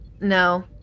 No